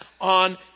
on